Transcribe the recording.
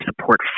support